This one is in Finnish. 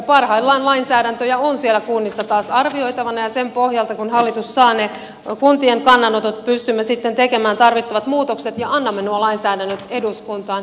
parhaillaan lainsäädäntöjä on siellä kunnissa taas arvioitavana ja sen pohjalta kun hallitus saa ne kuntien kannanotot pystymme sitten tekemään tarvittavat muutokset ja annamme nuo lainsäädännöt eduskuntaan